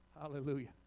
Hallelujah